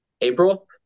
April